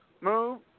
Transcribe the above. move